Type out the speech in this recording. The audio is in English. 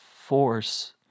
force